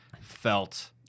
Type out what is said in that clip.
felt